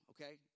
okay